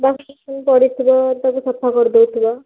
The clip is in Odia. ପଡ଼ିଥିବ ସବୁ ସଫା କରିଦେଉଥିବ